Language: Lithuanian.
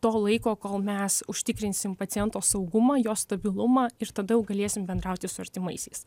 to laiko kol mes užtikrinsim paciento saugumą jos stabilumą ir tada jau galėsim bendrauti su artimaisiais